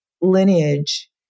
lineage